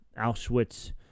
Auschwitz